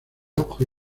auge